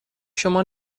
شما